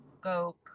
go